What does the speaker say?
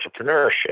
entrepreneurship